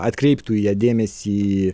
atkreiptų į ją dėmesį